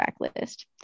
backlist